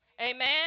Amen